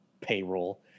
payroll